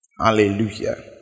Hallelujah